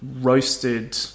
roasted